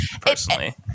personally